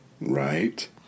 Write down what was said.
Right